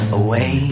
away